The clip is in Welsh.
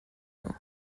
nhw